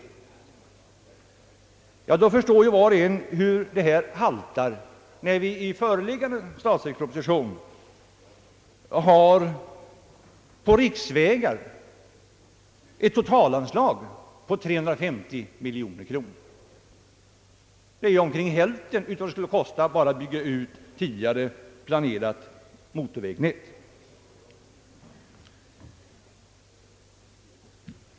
Var och en kan förstå hur en sådan beräkning haltar mot bakgrunden av att vi i föreliggande statsverksproposition för riksvägar har ett totalanslag på 350 miljoner kronor. Detta är omkring hälften av vad det skulle kosta att bara bygga årets andel av det tidiggare planerade motorvägnätet.